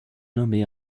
nommée